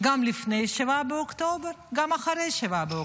גם לפני 7 באוקטובר, גם אחרי 7 באוקטובר.